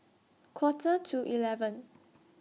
Quarter to eleven